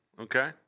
okay